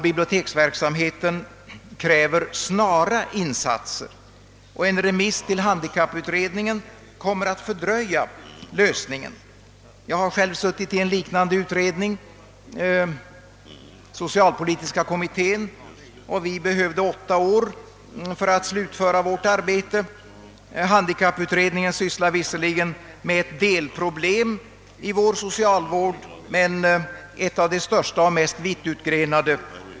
Biblioteksverksamheten kräver snara insatser, och en remiss till handikapputredningen kommer att fördröja lösningen. Jag har själv suttit i en liknande utredning, socialpolitiska kommittén, som behövde åtta år för att slutföra sitt arbete. Handikapputredningen sysslar visserligen med ett delproblem i vår socialvård men ett av det största och mest vittutgrenade.